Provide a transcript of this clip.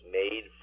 made